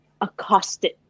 accosted